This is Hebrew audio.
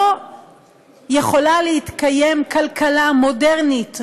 לא יכולה להתקיים כלכלה מודרנית,